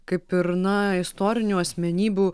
kaip ir na istorinių asmenybių